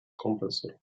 kompressor